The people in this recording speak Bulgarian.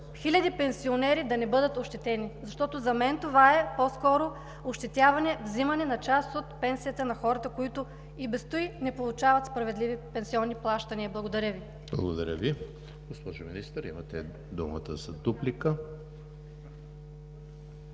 хиляди пенсионери да не бъдат ощетени, защото за мен това е по-скоро ощетяване, вземане на част от пенсията на хората, които и без туй не получават справедливи пенсионни плащания. Благодаря Ви. ПРЕДСЕДАТЕЛ ЕМИЛ ХРИСТОВ: Благодаря Ви. Госпожо Министър, имате думата за дуплика.